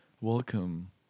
welcome